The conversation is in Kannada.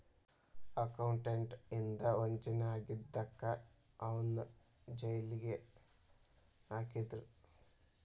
ಅಕೌಂಟೆಂಟ್ ಇಂದಾ ವಂಚನೆ ಆಗಿದಕ್ಕ ಅವನ್ನ್ ಜೈಲಿಗ್ ಹಾಕಿದ್ರು